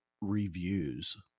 reviews